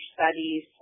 studies